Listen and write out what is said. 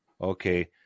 Okay